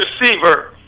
receiver